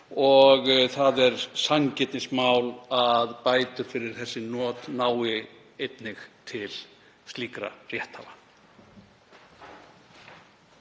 Það er sanngirnismál að bætur fyrir þessi not nái einnig til slíkra rétthafa.